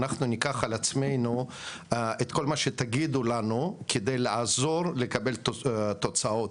אנחנו ניקח על עצמנו את כל מה שתגידו לנו כדי לעזור לקבל תוצאות,